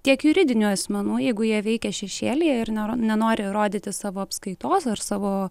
tiek juridinių asmenų jeigu jie veikia šešėlyje ir nėra nenori rodyti savo apskaitos ar savo